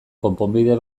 konponbide